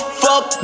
fuck